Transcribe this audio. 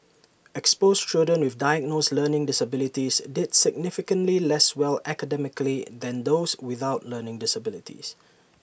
exposed children with diagnosed learning disabilities did significantly less well academically than those without learning disabilities